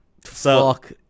Fuck